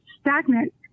stagnant